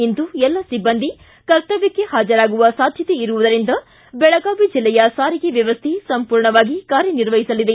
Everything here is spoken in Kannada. ಇಂದು ಎಲ್ಲ ಸಿಬ್ಬಂದಿ ಕರ್ತವ್ಯಕ್ಕೆ ಪಾಜರಾಗುವ ಸಾಧ್ಯತೆಯಿರುವುದರಿಂದ ಬೆಳಗಾವಿ ಜಿಲ್ಲೆಯ ಸಾರಿಗೆ ವ್ಯವಸ್ಥ ಸಂಪೂರ್ಣವಾಗಿ ಕಾರ್ಯ ನಿರ್ವಹಿಸಲಿದೆ